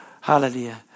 Hallelujah